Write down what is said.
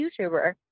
YouTuber